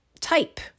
type